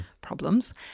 problems